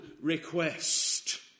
request